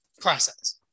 process